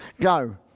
Go